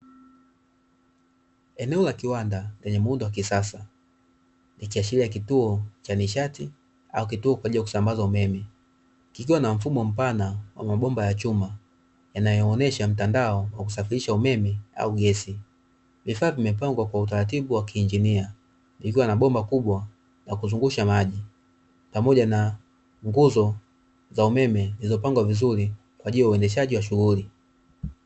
Eneo la kiwanda lenye muundo wa kisasa, likiashiria kituo cha nishati au kituo kwa ajili ya kusambaza umeme, kikiwa na mfumo mpana wa mabomba ya chuma yanayoonyesha mtandao wa kusafirisha umeme au gesi. Vifaa vimepangwa kwa utaratibu wa kiinjinia, likiwa na bomba kubwa la kuzungusha maji pamoja na nguzo za umeme zilizopangwa vizuri, kwa ajili ya uendeshaji wa shughuli.